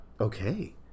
Okay